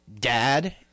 dad